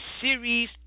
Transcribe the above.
series